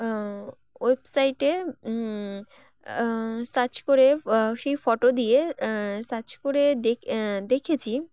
ওয়েবসাইটে সার্চ করে সেই ফটো দিয়ে সার্চ করে দেখ দেখেছি